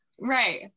Right